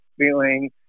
feeling